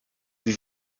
sie